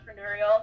entrepreneurial